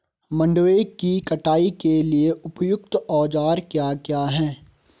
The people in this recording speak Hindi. मंडवे की कटाई के लिए उपयुक्त औज़ार क्या क्या हैं?